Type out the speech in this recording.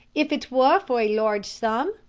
if it were for a large sum?